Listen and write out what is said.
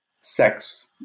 sex